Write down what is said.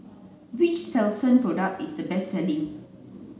which Selsun product is the best selling